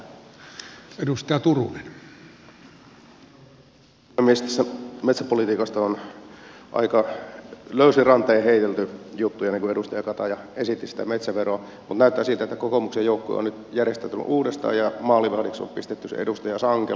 tästä metsäpolitiikasta on aika löysin rantein heitelty juttuja niin kuin edustaja kataja esitti sitä metsäveroa mutta näyttää siltä että kokoomuksen joukkue on nyt järjestäytynyt uudestaan ja maalivahdiksi on pistetty edustaja sankelo